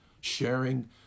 Sharing